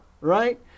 right